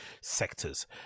sectors